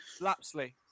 lapsley